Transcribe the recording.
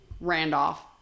Randolph